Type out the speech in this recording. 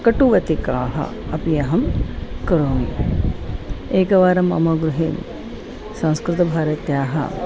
कटुवटिकाः अपि अहं करोमि एकवारं मम गृहे संस्कृतभारत्याः